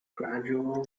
gradual